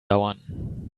dauern